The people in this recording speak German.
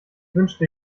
wünschte